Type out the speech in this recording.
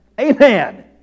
Amen